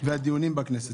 והדיונים בכנסת.